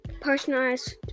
personalized